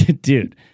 dude